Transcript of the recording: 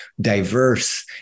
diverse